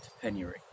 penury